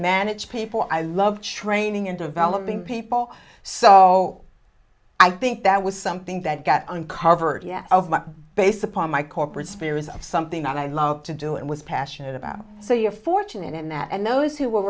manage people i love training and developing people so i think that was something that got uncovered yet of my base upon my corporate spirits of something that i love to do and was passionate about so you're fortunate in that and those who w